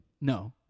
no